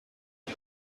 ich